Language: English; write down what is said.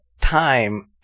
time